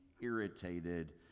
irritated